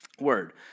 Word